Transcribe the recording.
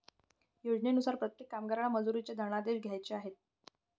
योजनेनुसार प्रत्येक कामगाराला मजुरीचे धनादेश द्यायचे आहेत